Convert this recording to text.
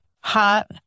hot